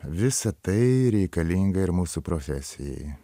visa tai reikalinga ir mūsų profesijai